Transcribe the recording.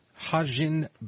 hajin